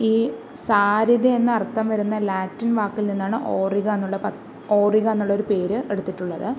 ഈ സാരിത എന്ന് അർത്ഥം വരുന്ന ലാറ്റിൻ വക്കിൽ നിന്നാണ് ഒറിഗ എന്നുള്ള ഒരു പദം ഒറിഗ എന്നുള്ള ഒരു പേര് എടുത്തിട്ടുള്ളത്